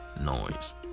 noise